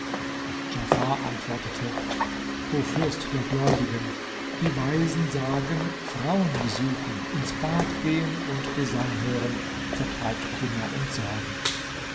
antwortete o fürst der gläubigen die weisen sagen frauen besuchen ins bad gehen und gesang hören vertreibt kummer und sorgen